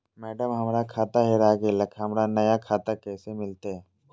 madam, हमर खाता हेरा गेलई, हमरा नया खाता कैसे मिलते